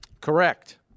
Correct